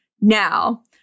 now